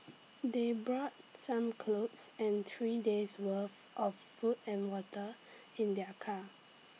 they brought some clothes and three days' worth of food and water in their car